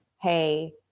hey